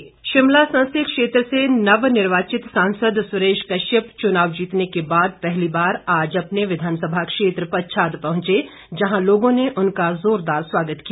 सुरेश कश्यप शिमला संसदीय क्षेत्र से नवनिर्वाचित सांसद सुरेश कश्यप च्नाव जीतने के बाद पहली बार आज अपने विधानसभा क्षेत्र पच्छाद पहुंचे जहां लोगों ने उनका जोरदार स्वागत किया